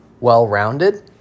well-rounded